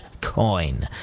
coin